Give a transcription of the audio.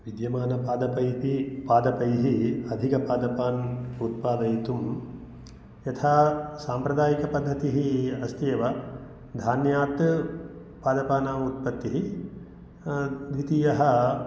विद्यमान पादपैति पादपैः अधिकपादपान् उत्पादयितुं यथा साम्प्रदायिकपद्धतिः अस्ति एव धान्यात् पादपानाम् उत्पत्तिः द्वितीयः